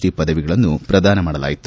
D ಪದವಿಗಳನ್ನು ಪ್ರದಾನ ಮಾಡಲಾಯಿತು